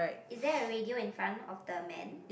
is there a radio in front of the man